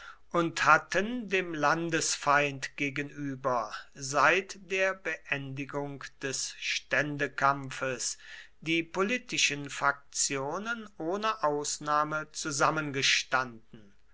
und hatten dem landesfeind gegenüber seit der beendigung des ständekampfes die politischen faktionen ohne ausnahme